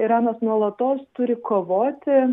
iranas nuolatos turi kovoti